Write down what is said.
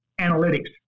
analytics